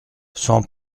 sans